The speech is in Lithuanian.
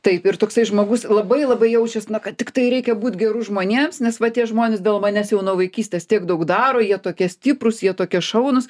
taip ir toksai žmogus labai labai jaučias na kad tiktai reikia būt geru žmonėms nes va tie žmonės dėl manęs jau nuo vaikystės tiek daug daro jie tokie stiprūs jie tokie šaunūs